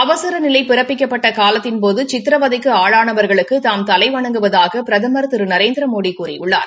அவசர நிலை பிறப்பிக்கப்பட்ட காலத்தின்போது சித்ரவதைக்கு ஆளானவா்களுக்கு தாம் தலைவணங்குவதாக பிரதமர் திரு நரேந்திரமோடி கூறியுள்ளார்